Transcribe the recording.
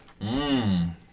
Mmm